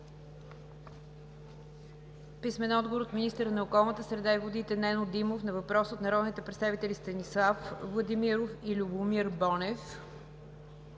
Любомир Бонев; - министъра на околната среда и водите Нено Димов на въпрос от народните представители Станислав Владимиров и Любомир Бонев;